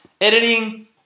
Editing